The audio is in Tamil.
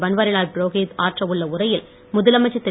பன்வாரிலால் புரேகித் ஆற்ற உரையில் முதலமைச்சர் திரு